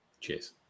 Cheers